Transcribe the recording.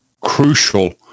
crucial